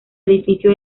edificio